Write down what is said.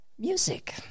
Music